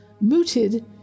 mooted